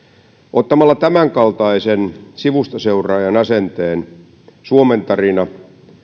ottamalla tämänkaltaisen sivustaseuraajan asenteen suomen tarina